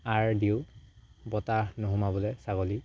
R দিওঁ বতাহ নুসোমাবলৈ ছাগলী